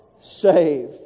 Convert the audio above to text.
Saved